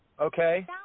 okay